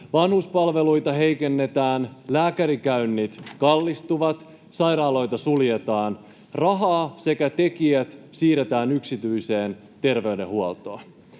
Vanhuspalveluita heikennetään, lääkärikäynnit kallistuvat, sairaaloita suljetaan, ja rahaa sekä tekijät siirretään yksityiseen terveydenhuoltoon.